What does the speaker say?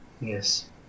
Yes